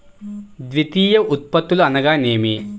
ద్వితీయ ఉత్పత్తులు అనగా నేమి?